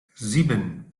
sieben